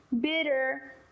bitter